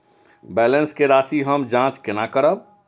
Balance के राशि हम जाँच केना करब?